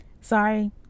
Sorry